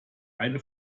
eine